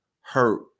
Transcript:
hurt